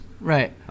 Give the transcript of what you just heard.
Right